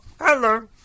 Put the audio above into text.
Hello